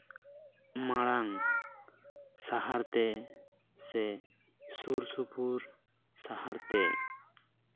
ᱢᱟᱲᱟᱝ ᱥᱟᱦᱟᱨᱛᱮ ᱥᱮ ᱥᱩᱨ ᱥᱩᱯᱩᱨ ᱥᱟᱦᱟᱨᱛᱮ